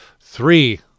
Three